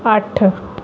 ਅੱਠ